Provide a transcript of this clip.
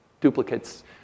duplicates